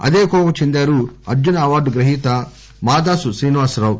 అదే కోవకు చెందుతారు అర్జున అవార్డు గ్రహీత మాదాసు శ్రీనివాస రావు